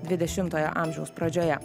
dvidešimtojo amžiaus pradžioje